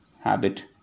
habit